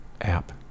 app